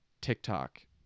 TikTok